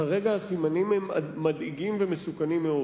כרגע הסימנים הם מדאיגים ומסוכנים מאוד.